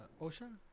ocean